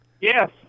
Yes